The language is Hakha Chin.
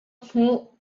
hmuh